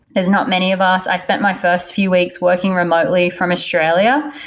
there's not many of us. i spent my first few weeks working remotely from australia,